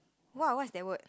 what what's that word